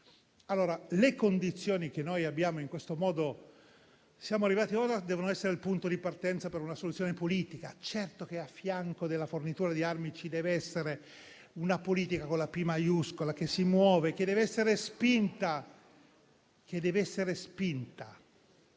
Le condizioni a cui siamo arrivati ora devono essere il punto di partenza per una soluzione politica. Certo che, a fianco della fornitura di armi, ci deve essere una politica con la "P" maiuscola, che si muove, che deve essere spinta